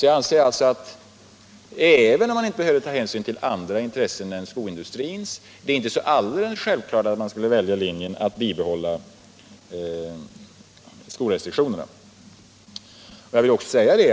Jag anser alltså att det, även om man inte behöver ta hänsyn till andra intressen än §skoindustrins, inte är alldeles självklart att välja linjen att bibehålla skorestriktionerna.